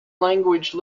language